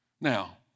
Now